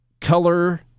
Color